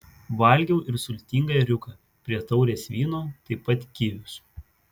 valgiau ir sultingą ėriuką prie taurės vyno taip pat kivius